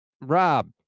Rob